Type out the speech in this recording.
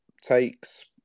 takes